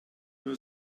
nur